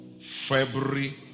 February